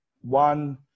one